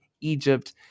egypt